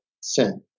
sin